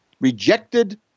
rejected